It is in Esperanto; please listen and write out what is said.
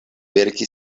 verki